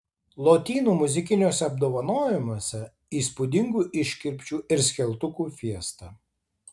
lotynų muzikiniuose apdovanojimuose įspūdingų iškirpčių ir skeltukų fiesta